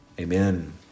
Amen